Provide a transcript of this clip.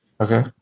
Okay